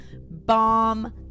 bomb